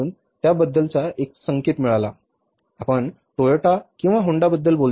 उदाहरणार्थ आपण टोयोटा किंवा होंडाबद्दल बोलता